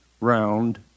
round